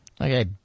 Okay